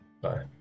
Bye